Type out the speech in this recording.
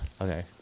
Okay